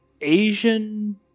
Asian